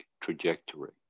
trajectory